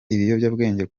ibiyobyabwenge